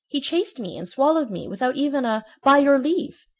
he chased me and swallowed me without even a by your leave!